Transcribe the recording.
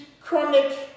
chronic